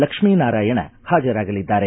Lakshmi Narayana ಹಾಜರಾಗಲಿದ್ದಾರೆ